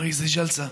א-ראיס אל-ג'לסה.